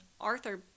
Arthur